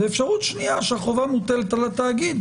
ואפשרות שנייה שהחובה מוטלת על התאגיד.